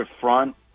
front